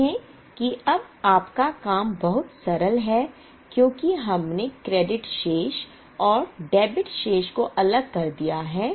देखें कि अब आपका काम बहुत सरल है क्योंकि हमने क्रेडिट शेष और डेबिट शेष को अलग कर दिया है